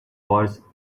wars